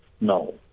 No